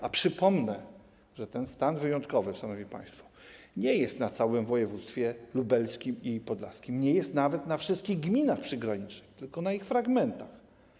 A przypomnę, że ten stan wyjątkowy, szanowni państwo, nie jest w całym województwie lubelskim i podlaskim, nie jest nawet we wszystkich gminach przygranicznych, tylko w ich częściach.